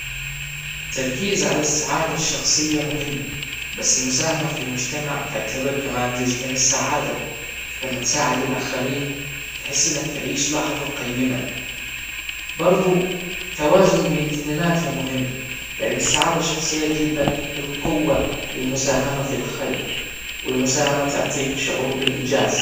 التركيز على السعادة الشخصية مهم بس المساهمة في المجتمع تعتبر كمان جزء من السعادة لما تساعد الاخرين تحس انك تعيش لحظة قيمة برضو توازن بين اثنيناتهم مهم لان السعادة الشخصية تجيب لك القوة للمساهمة في الخير والمساهمة تعطيك شعور بالانجاز